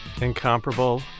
incomparable